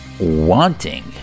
wanting